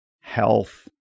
health